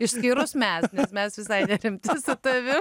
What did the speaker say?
išskyrus mes bet mes visai nepriimtinas o tave